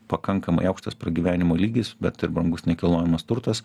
pakankamai aukštas pragyvenimo lygis bet ir brangus nekilnojamas turtas